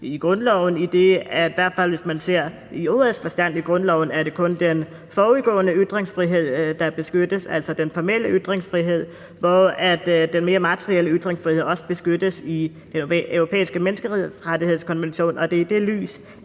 i grundloven er det kun den forudgående ytringsfrihed, der beskyttes, altså den formelle ytringsfrihed, hvor den mere materielle ytringsfrihed også beskyttes i Den Europæiske Menneskerettighedskonvention, og det er i det lys,